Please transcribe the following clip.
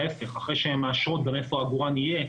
ההפך, אחרי שהן מאשרות איפה העגורן יהיה,